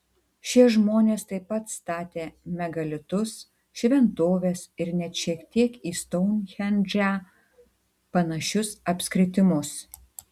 šie žmonės taip pat statė megalitus šventoves ir net šiek tiek į stounhendžą panašius apskritimus